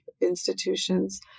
institutions